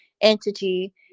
entity